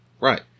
right